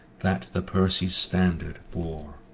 that the percy's standard bore.